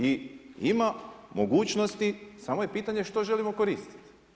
I ima mogućnosti samo je pitanje, što želimo koristiti.